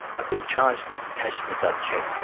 i'd been charged with cashing a dud cheque.